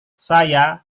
saya